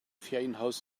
ferienhaus